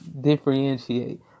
differentiate